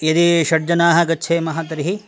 यदि षड्जनाः गच्छेम तर्हि